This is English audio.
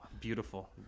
beautiful